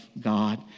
God